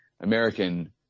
American